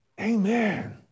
Amen